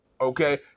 Okay